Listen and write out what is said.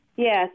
Yes